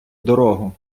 дорогу